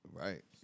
right